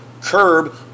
curb